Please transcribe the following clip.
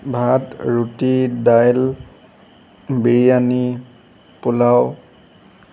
ভাত ৰুটি দাইল বিৰিয়ানী পোলাও